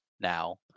now